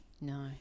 No